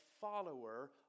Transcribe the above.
follower